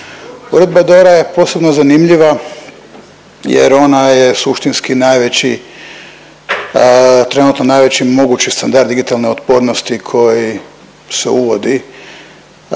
Uredba DORA je posebno zanimljiva jer ona je suštinski najveći, trenutno najveći mogući standard digitalne otpornosti koji se uvodi, bilo